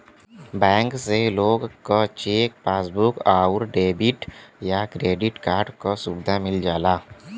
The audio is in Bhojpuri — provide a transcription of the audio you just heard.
बैंक से लोग क चेक, पासबुक आउर डेबिट या क्रेडिट कार्ड क सुविधा मिल जाला